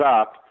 up